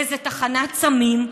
לאיזה תחנת סמים,